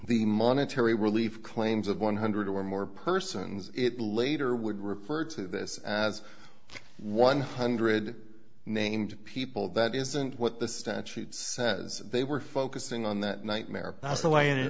the monetary relief claims of one hundred or more persons it later would refer to this as one hundred named people that isn't what the statute says they were focusing on that nightmare th